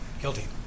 guilty